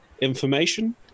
information